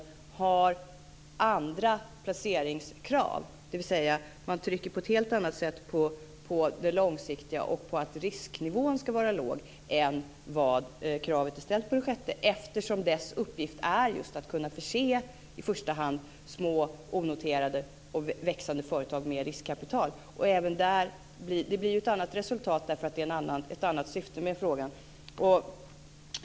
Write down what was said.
Där är det andra placeringskrav - dvs. att man på ett helt annat sätt trycker på det långsiktiga och på att risknivån ska vara låg - än vad som gäller för den sjätte. Den fondens uppgift är just att i första hand förse små onoterade och växande företag med riskkapital. Det blir ju ett annat resultat, eftersom det är ett annat syfte med den.